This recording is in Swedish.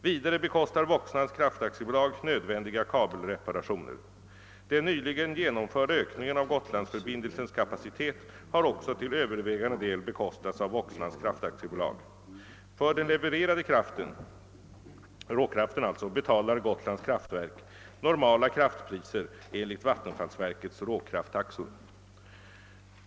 Vidare bekostar Voxnans kraft AB nödvändiga kabelreparationer. Den nyligen genomförda ökningen av Gotlandsförbindelsens kapacitet har också till övervägande del bekostats av Voxnans kraft AB. För den levererade råkraften betalar Gotlands kraftverk normala kraftpriser enligt vattenfallsverkets råkrafttaxor.